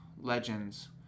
Legends